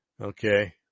okay